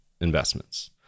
investments